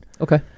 okay